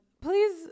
Please